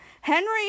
Henry